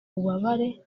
bubabare